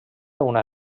una